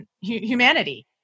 humanity